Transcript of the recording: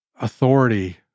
authority